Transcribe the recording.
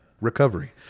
recovery